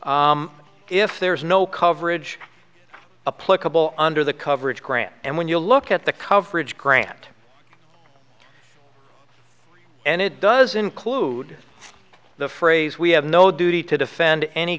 if there is no coverage apply couple under the coverage grant and when you look at the coverage grant and it does include the phrase we have no duty to defend any